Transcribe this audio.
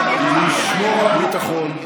שלנו כמנהיגים היא לשמור על הביטחון,